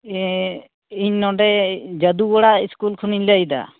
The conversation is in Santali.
ᱤᱧ ᱱᱚᱸᱰᱮ ᱡᱟᱹᱫᱩᱜᱚᱲᱟ ᱤᱥᱠᱩᱞ ᱠᱷᱚᱱᱤᱧ ᱞᱟᱹᱭᱮᱫᱟ